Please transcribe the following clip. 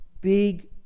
big